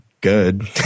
good